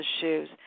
shoes